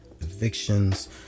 evictions